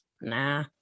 Nah